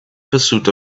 pursuit